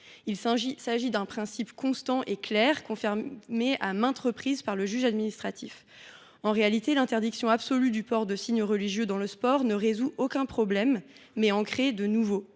Il s’agit d’un principe constant et clair, confirmé à maintes reprises par le juge administratif. En réalité, l’interdiction absolue du port de signes religieux dans le sport ne résoudrait aucun problème ; elle en créerait même de nouveaux.